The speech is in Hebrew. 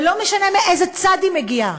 ולא משנה מאיזה צד היא מגיעה.